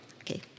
Okay